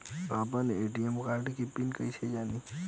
आपन ATM card के PIN कईसे जानी?